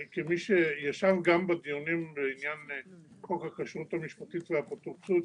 כמי שישב גם בדיונים בעניין חוק הכשרות המשפטית והאפוטרופסות,